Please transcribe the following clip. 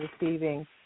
receiving